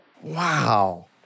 Wow